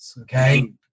Okay